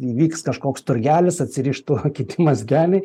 įvyks kažkoks turgelis atsirištų kiti mazgeliai